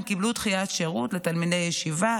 הם קיבלו דחיית שירות לתלמידי ישיבה,